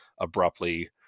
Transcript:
abruptly